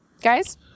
Guys